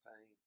pain